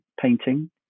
painting